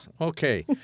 Okay